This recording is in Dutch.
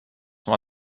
maar